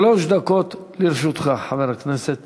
שלוש דקות לרשותך, חבר הכנסת